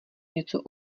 něco